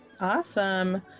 Awesome